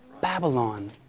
Babylon